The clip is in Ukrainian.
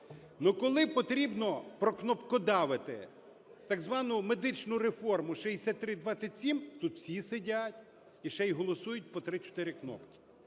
коли потрібно прокнопкодавити так звану медичну реформу 6327, тут всі сидять і ще й голосують по три-чотири кнопки.